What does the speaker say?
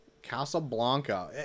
Casablanca